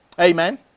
Amen